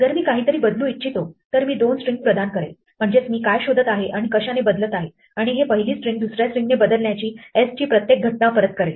जर मी काही तरी बदलू इच्छितो तर मी दोन स्ट्रिंग प्रदान करेल म्हणजेच मी काय शोधत आहे आणि कशाने बदलत आहे आणि हे पहिली स्ट्रिंग दुसऱ्या स्ट्रिंगने बदलण्याची s ची प्रत्येक घटना परत करेल